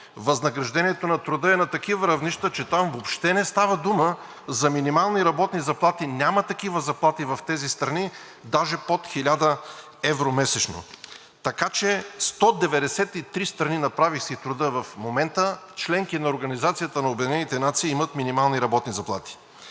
възнаграждението на труда е на такива равнища, че там въобще не става дума за минимални работни заплати. Няма такива заплати в тези страни, даже под 1000 евро месечно. Така че 193 страни, направих си труда в момента, членки на Организацията на